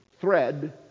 thread